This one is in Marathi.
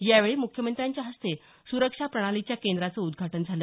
यावेळी मुख्यमंत्र्यांच्या हस्ते सुरक्षा प्रणालीच्या केंद्राचं उद्घाटन झालं